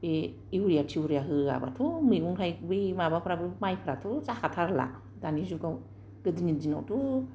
बे इउरिया थिउरिया होआबाथ' मैगं थाइगं बै माबाफ्राबो माइफ्राथ' जाखाथारला दानि जुगाव गोदोनि दिनावथ'